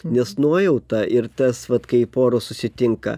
nes nuojauta ir tas vat kai poros susitinka